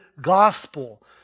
gospel